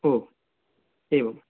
ओ एवं